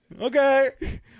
Okay